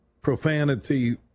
profanity